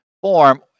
form